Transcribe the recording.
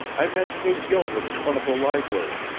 i met kate gilbert in front of the library.